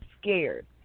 scared